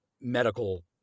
medical